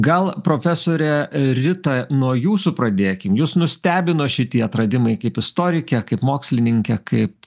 gal profesore rita nuo jūsų pradėkim jus nustebino šitie atradimai kaip istorikę kaip mokslininkę kaip